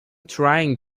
trying